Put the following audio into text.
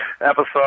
episode